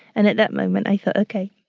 and at that moment, i thought, ok,